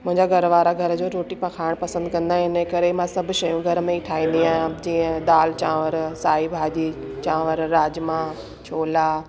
मुंहिंजा घर वारा घर जो रोटी प खाइण पसंदि कंदा आहिनि इन करे मां सभु शयूं घर में ई ठाहींदी आहियां जीअं दालि चांवर साई भाॼी चांवर राजमा छोला